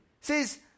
says